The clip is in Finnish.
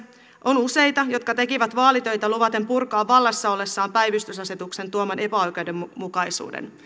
on useita jotka tekivät vaalitöitä luvaten purkaa vallassa ollessaan päivystysasetuksen tuoman epäoikeudenmukaisuuden